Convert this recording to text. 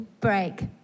break